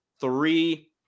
Three